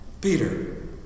Peter